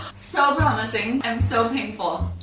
so promising and so painful.